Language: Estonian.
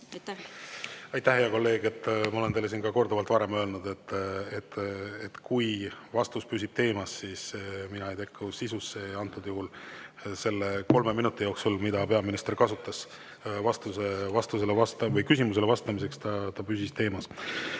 kahju. Aitäh, hea kolleeg! Ma olen teile siin korduvalt varem öelnud, et kui vastus püsib teemas, siis mina ei sekku sisusse. Antud juhul selle kolme minuti jooksul, mida peaminister kasutas küsimusele vastamiseks, ta püsis teemas. Aga